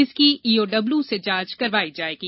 इसकी ईओडब्ल्यू से जांच करवाई जाएगी